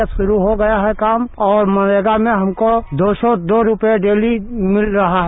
अब शुरू हो गया है काम और मनरेगा में हमको दो सौ दो रूपया डेली मिल रहा है